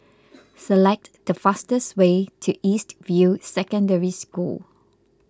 select the fastest way to East View Secondary School